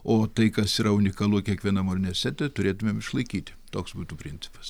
o tai kas yra unikalu kiekvienam urnesete turėtumėm išlaikyti toks būtų principas